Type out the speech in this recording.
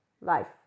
life